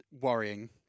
worrying